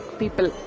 people